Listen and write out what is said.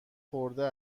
خورده